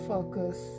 Focus